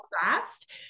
fast